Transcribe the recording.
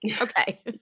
okay